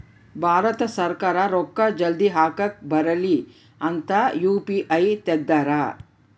ಭಾರತ ಸರ್ಕಾರ ರೂಕ್ಕ ಜಲ್ದೀ ಹಾಕಕ್ ಬರಲಿ ಅಂತ ಯು.ಪಿ.ಐ ತೆಗ್ದಾರ